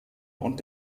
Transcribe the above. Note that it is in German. und